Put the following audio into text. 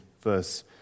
verse